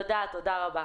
תודה רבה.